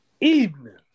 evening